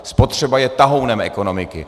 Spotřeba je tahounem ekonomiky.